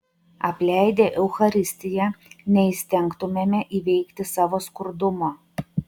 apleidę eucharistiją neįstengtumėme įveikti savo skurdumo